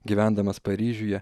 gyvendamas paryžiuje